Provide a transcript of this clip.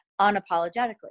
unapologetically